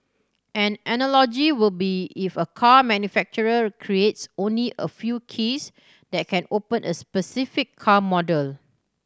an analogy will be if a car manufacturer creates only a few keys that can open a specific car model